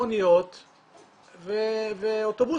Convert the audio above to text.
מוניות ואוטובוסים.